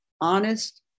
honest